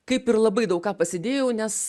kaip ir labai daug ką pasidėjau nes